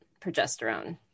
progesterone